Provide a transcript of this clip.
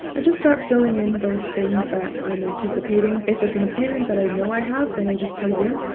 i just start filling in those things that i'm anticipating. if it's an appointment that i know i have, then i just put it in.